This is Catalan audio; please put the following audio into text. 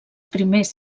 primers